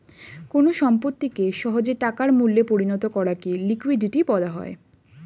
কোন সম্পত্তিকে সহজে টাকার মূল্যে পরিণত করাকে লিকুইডিটি বলা হয়